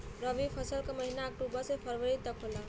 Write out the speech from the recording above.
रवी फसल क महिना अक्टूबर से फरवरी तक होला